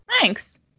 Thanks